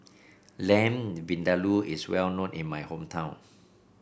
Lamb Vindaloo is well known in my hometown